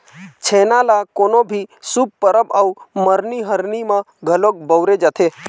छेना ल कोनो भी शुभ परब अउ मरनी हरनी म घलोक बउरे जाथे